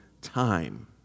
time